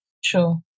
Sure